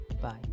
bye